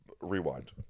rewind